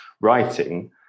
writing